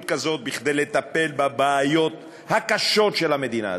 כזאת כדי לטפל בבעיות הקשות של המדינה הזאת?